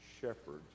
shepherds